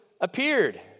appeared